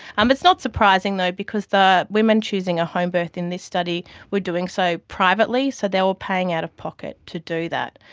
um it's not surprising though because the women choosing a homebirth in this study were doing so privately, so they were paying out of pocket to do that.